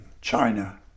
China